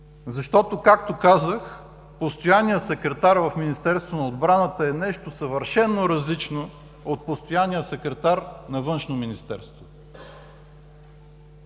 защото, както казах, постоянният секретар в Министерството на отбраната е нещо съвършено различно от постоянния секретар на Външното министерство.